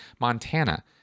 Montana